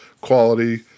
quality